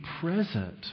present